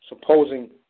supposing